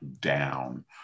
down